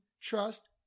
trust